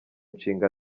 nshinga